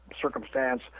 circumstance